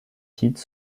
titres